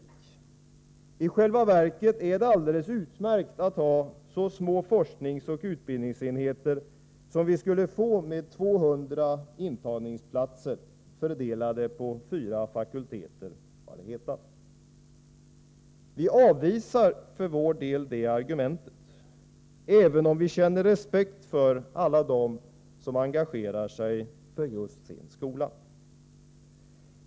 Det har hetat att det i själva verket är alldeles utmärkt att ha så små forskningsoch utbildningsenheter som vi skulle få med 200 intagningsplatser fördelade på fyra fakulteter. Vi avvisar det argumentet även om vi känner respekt för alla dem som engagerar sig för just sin skola.